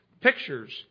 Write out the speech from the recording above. pictures